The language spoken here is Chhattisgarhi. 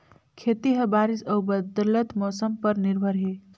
खेती ह बारिश अऊ बदलत मौसम पर निर्भर हे